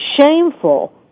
shameful